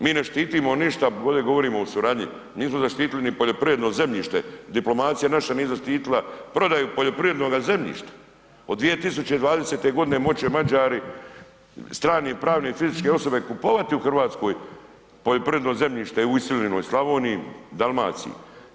Mi ne štitimo ništa, bolje govorimo o suradnji, nismo zaštitili ni poljoprivredno zemljište, diplomacija naša nije zaštitila prodaju poljoprivrednoga zemljišta od 2020. godine moći će Mađari, strane, pravne i fizičke osobe kupovati u Hrvatskoj poljoprivredno zemljište u iseljenoj Slavoniji, Dalmaciji.